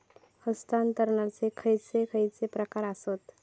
हस्तांतराचे खयचे खयचे प्रकार आसत?